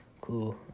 Cool